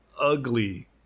ugly